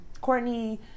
Courtney